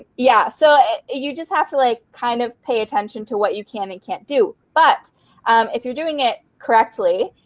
yeah. so you just have to like kind of pay attention to what you can and can't do. but if you're doing it correctly,